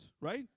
right